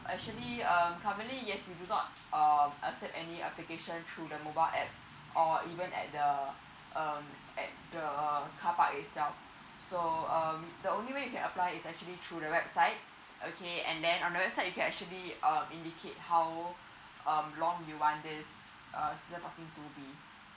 actually uh currently yes we do not um accept any application through the mobile app or even at the uh at the carpark itself so um the only way you can apply is actually through the website okay and then on the website you can actually um indicate how um long you want this uh season parking to be